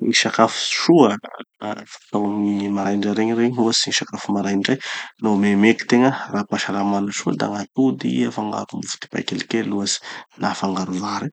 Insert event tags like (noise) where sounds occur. Gny sakafo soa (glitch) fatao amin'ny maraindray regny, ohatsy sakafo maraindray, no memeky tegna, ara-pahasalamana soa da gn'atody mifangaro mofodipay kelikely ohatsy, na afangaro vary,